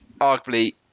Arguably